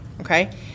okay